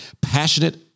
passionate